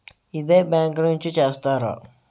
ఇదే బ్యాంక్ నుంచి చేస్తారా?